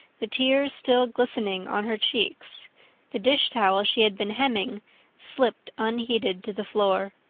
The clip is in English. the tears still glistening on her cheeks the dish towel she had been hemming slipped unheeded to the floor.